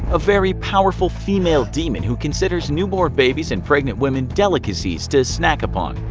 a very powerful female demon who considers newborn babies and pregnant women delicacies to snack upon.